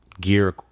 gear